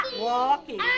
walking